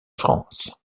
france